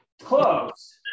Close